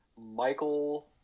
Michael